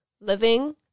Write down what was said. living